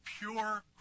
Pure